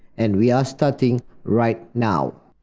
and we are starting right now.